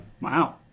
Wow